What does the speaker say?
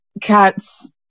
cats